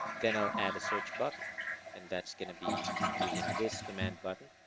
then i'll add a search button and that's gonna be using this command button